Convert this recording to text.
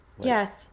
Yes